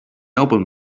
open